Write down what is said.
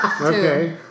Okay